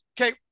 Okay